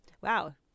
wow